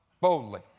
boldly